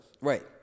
Right